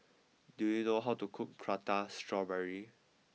do you know how to cook Prata Strawberry